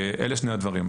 אלה שני הדברים.